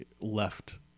left